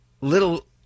Little